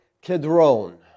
Kedron